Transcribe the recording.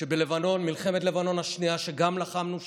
שבמלחמת לבנון השנייה, שגם לחמנו שם,